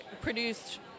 produced